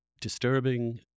disturbing